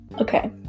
Okay